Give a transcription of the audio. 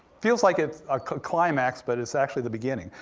feels like it's a climax, but it's actually the beginning.